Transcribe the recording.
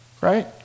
right